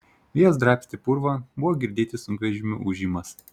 vėjas drabstė purvą buvo girdėti sunkvežimių ūžimas